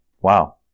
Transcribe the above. Wow